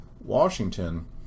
Washington